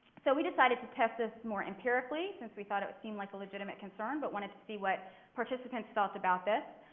so we decided to test this more empirically since we thought it would seem like a legitimate concern but wanted to see what participants felt about this.